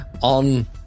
on